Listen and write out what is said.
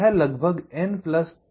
तो यह लगभग n3 है